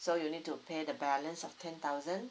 so you need to pay the balance of ten thousand